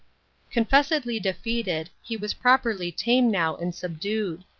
confessedly defeated, he was properly tame now and subdued.